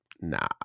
Nah